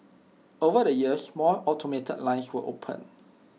over the years more automated lines were opened